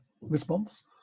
response